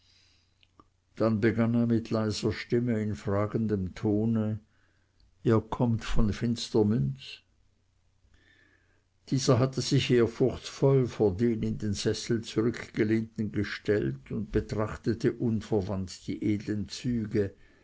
dann begann er mit leiser stimme und in fragendem tone ihr kommt von finstermünz dieser hatte sich ehrfurchtsvoll vor den in den sessel zurückgelehnten gestellt und betrachtete unverwandt die edlen züge